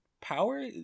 power